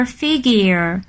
figure